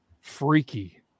Freaky